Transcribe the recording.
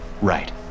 Right